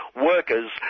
workers